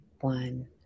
one